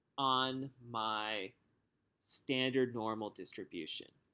on my standard normal distribution.